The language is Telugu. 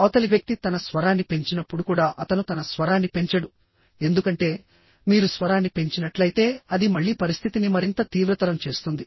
అవతలి వ్యక్తి తన స్వరాన్ని పెంచినప్పుడు కూడా అతను తన స్వరాన్ని పెంచడు ఎందుకంటే మీరు స్వరాన్ని పెంచినట్లయితే అది మళ్లీ పరిస్థితిని మరింత తీవ్రతరం చేస్తుంది